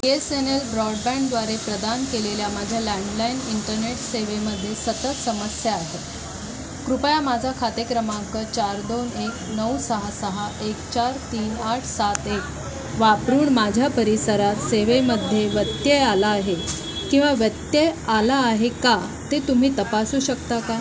बी S N L broadband द्वारे प्रदान केलेल्या माझ्या लँडलाईन इंटरनेट सेवेमध्ये सतत समस्या आहे कृपया माझा खाते क्रमांक चार दोन एक नऊ सहा सहा एक चार तीन आठ सात एक वापरून माझ्या परिसरात सेवेमध्ये व्यत्यय आला आहे किंवा व्यत्यय आला आहे का ते तुम्ही तपासू शकता का